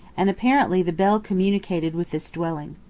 and apparently the bell communicated with this dwelling.